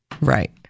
Right